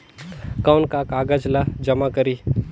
कौन का कागज ला जमा करी?